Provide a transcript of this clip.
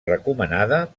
recomanada